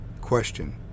Question